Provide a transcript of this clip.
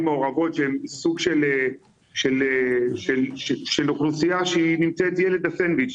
מעורבות שהן סוג של אוכלוסייה שהיא נמצאת "ילד הסנדוויץ".